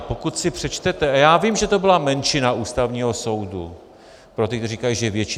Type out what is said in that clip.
Pokud si přečtete, a já vím, že to byla menšina Ústavního soudu, pro ty, kteří říkají, že většina.